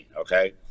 okay